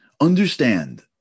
understand